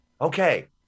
Okay